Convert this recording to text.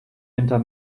hinter